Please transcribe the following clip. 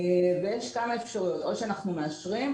ויש כמה אפשרויות: או שאנחנו מאשרים,